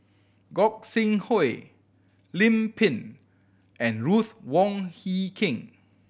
Gog Sing Hooi Lim Pin and Ruth Wong Hie King